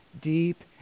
deep